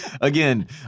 Again